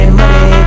money